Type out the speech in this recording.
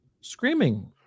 screaming